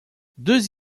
deux